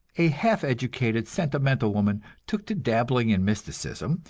a half-educated, sentimental woman, took to dabbling in mysticism,